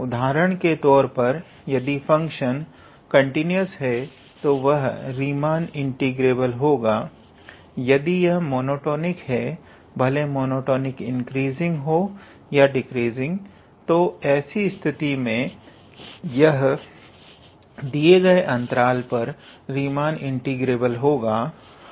उदाहरण के तौर पर यदि फंक्शन कंटिन्यूस है तो वह रीमान इंटीग्रेबल होगा यदि यह मोनोटॉनिक है भले मोनोटॉनिक इंक्रीजिंग हो या डिक्रीजिंग तो ऐसी स्थिति में यह दिए गए अंतराल पर रीमान इंटीग्रेबल होगा